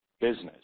business